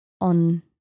on